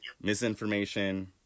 Misinformation